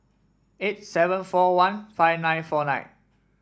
eight seven four one five nine four nine